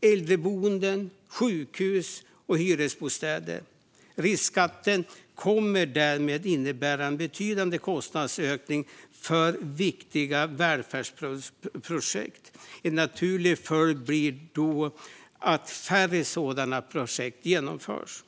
äldreboenden, sjukhus och hyresbostäder. Riskskatten kommer därmed att innebära en betydande kostnadsökning för viktiga välfärdsprojekt. En naturlig följd blir då att färre sådana projekt kan genomföras.